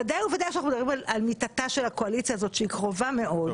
ודאי וודאי כשאנחנו מדברים על מיתתה של הקואליציה הזאת שהיא קרובה מאוד,